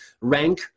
Rank